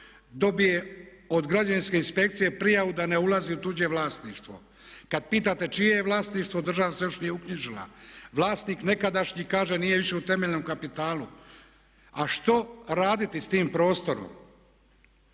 dobije od građevinske inspekcije prijavu da ne ulazi u tuđe vlasništvo. Kad pitate čije je vlasništvo država se još nije uknjižila. Vlasnik nekadašnji kaže nije više u temeljnom kapitalu. A što raditi s tim prostorom?